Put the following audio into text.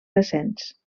recents